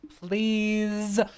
please